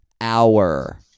hour